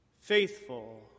faithful